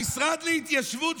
המשרד להתיישבות,